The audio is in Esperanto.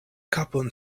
kapon